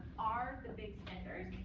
are the big spenders.